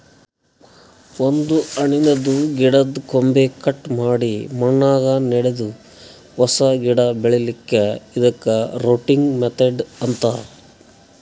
ಒಂದ್ ಹಣ್ಣಿನ್ದ್ ಗಿಡದ್ದ್ ಕೊಂಬೆ ಕಟ್ ಮಾಡಿ ಮಣ್ಣಾಗ ನೆಡದು ಹೊಸ ಗಿಡ ಬೆಳಿಲಿಕ್ಕ್ ಇದಕ್ಕ್ ರೂಟಿಂಗ್ ಮೆಥಡ್ ಅಂತಾರ್